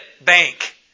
bank